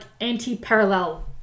anti-parallel